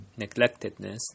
neglectedness